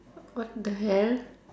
what the hell